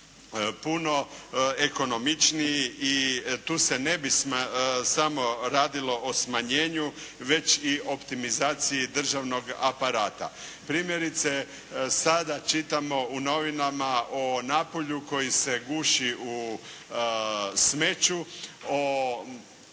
puno ekonomičniji. I tu se ne bi samo radilo o smanjenju već i optimizaciji državnog aparata. Primjerice sada čitamo u novinama o Napulju koji se guši u smeću,